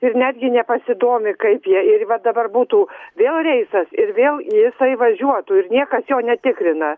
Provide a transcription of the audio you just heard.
ir netgi nepasidomi kaip jie ir va dabar būtų vėl reisas ir vėl jisai važiuotų ir niekas jo netikrina